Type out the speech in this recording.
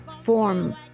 form